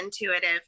intuitive